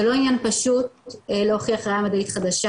זה לא כל כך פשוט להוכיח ראייה מדעית חדשה,